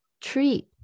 treat